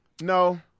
No